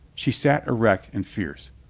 she sat erect and fierce.